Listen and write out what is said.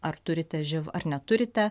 ar turite živ ar neturite